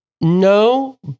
No